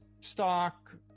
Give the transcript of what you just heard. stock